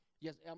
Yes